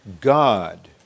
God